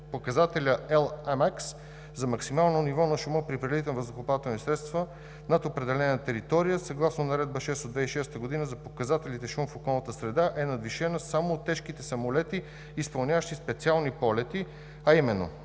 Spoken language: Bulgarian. показателя LAмакс за максимално ниво на шума при прелитане на въздухоплавателни средства над определена територия, съгласно Наредба № 6 от 2006 г. за показателите „Шум в околната среда“ е надвишена само от тежките самолети, изпълняващи специални полети, а именно